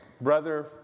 brother